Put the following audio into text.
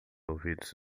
ouvidos